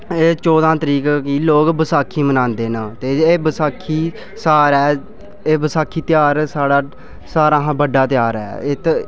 ते चौह्दां तरीक गी लोक बसाखी मनांदे न ते एह् बसाखी सारे एह् बसाखी ध्यार साढ़ा सारें शा बड्डा ध्यार ऐ इत्त